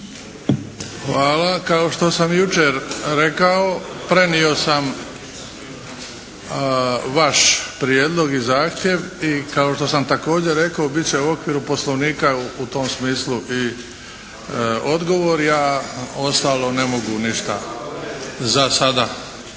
Hvala. Kao što sam i jučer rekao, prenio sam vaš prijedlog i zahtjev i kao što sam također rekao bit će u okviru poslovnika u tom smislu i odgovor. Ja ostalo ne mogu ništa za sada